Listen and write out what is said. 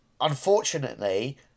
unfortunately